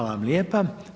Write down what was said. lijepa.